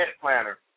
planner